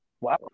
Wow